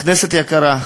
כנסת יקרה,